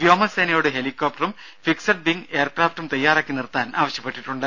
വ്യോമസേനയോട് ഹെലികോപ്ടറും fixed wing എയർക്രാഫ്റ്റും തയ്യാറാക്കി നിർത്താൻ ആവശ്യപ്പെട്ടിട്ടുണ്ട്